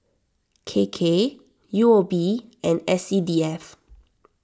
K K U O B and S C D F